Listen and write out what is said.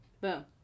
Boom